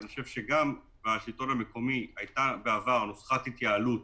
אני חושב שגם בשלטון המקומי הייתה בעבר נוסחת התייעלות